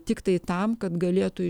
tiktai tam kad galėtų